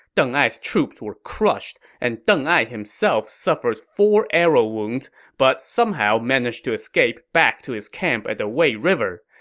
deng ai's troops were crushed, and deng ai himself suffered four arrow wounds but somehow managed to escape back to his camp at the wei river.